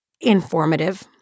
informative